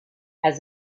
has